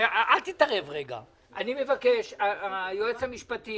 היועץ המשפטי,